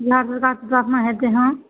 लाख रुपआ के गहना होयतै हँ